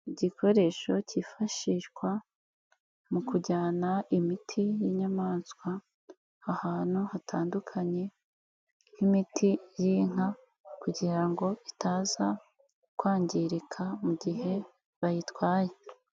Igikoresho cyifashishwa mu kujyana imiti y'inyamanswa ahantu hatandukanye nk'imiti y'inka kugira ngo itaza kwangirika mu gihe bayitwaye.